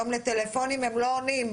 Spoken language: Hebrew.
היום לטלפונים הם לא עונים.